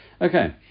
Okay